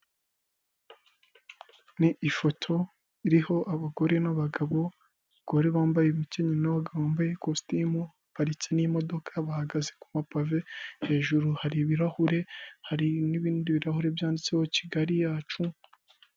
Ni ifoto iriho abagore n'abagabo, abagore bambaye imikenyero n'abagabo bambaye kositimu, haparitse n'imodoka bahagaze ku mapave, hejuru hari ibirahure hari n'ibindi birahure byanditseho Kigali yacu.